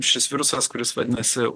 šis virusas kuris vadinasi